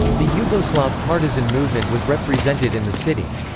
the yugoslav partisan movement was represented in the city.